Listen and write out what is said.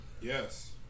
Yes